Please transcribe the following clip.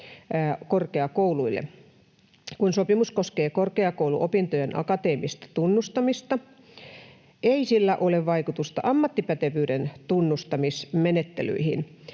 korkeakouluille. Kun sopimus koskee korkeakou-luopintojen akateemista tunnustamista, ei sillä ole vaikutusta ammattipätevyyden tunnustamismenettelyihin.